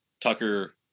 Tucker